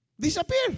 Disappear